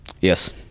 Yes